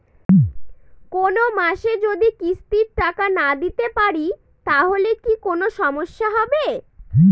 কোনমাসে যদি কিস্তির টাকা না দিতে পারি তাহলে কি কোন সমস্যা হবে?